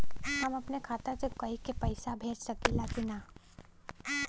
हम अपने खाता से कोई के पैसा भेज सकी ला की ना?